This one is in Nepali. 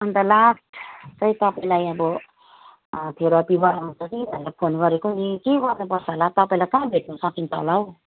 अन्त लास्ट चाहिँ तपाईँलाई अब थेरापी गराउँछ कि भनेर फोन गरेको नि के गर्नुपर्छ होला तपाईँलाई कहाँ भेट्न सकिन्छ होला हौ